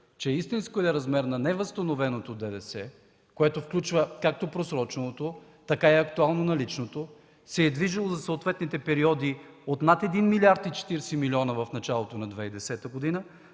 че истинският размер на невъзстановеното ДДС, което включва както просроченото, така и актуално наличното, се е движило за съответните периоди от над един милиард и четиридесет милиона от началото на 2010 г.